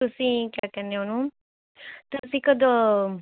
ਤੁਸੀਂ ਕਿਆ ਕਹਿੰਦੇ ਉਹਨੂੰ ਤਾਂ ਤੁਸੀਂ ਕਦੋਂ